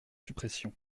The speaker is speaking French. suppression